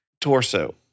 torso